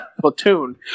Platoon